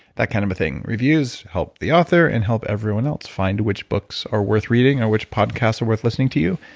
that kind of a thing. reviews help the author and help everyone else find which books are worth reading or which podcasts are worth listening to you.